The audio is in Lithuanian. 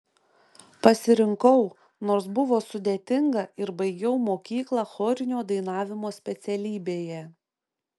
pasirinkau nors buvo sudėtinga ir baigiau mokyklą chorinio dainavimo specialybėje